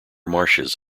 marshes